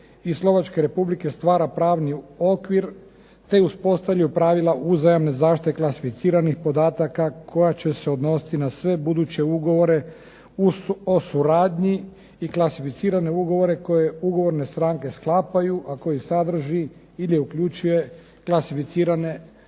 i Slovačke Republike stvara pravni okvir te uspostavljaju pravila uzajamne zaštite klasificiranih podataka koja će se odnositi na sve buduće ugovore o suradnji i klasificirane ugovore koje ugovorne stranke sklapaju a koji sadrži ili uključuje klasificirane podatke.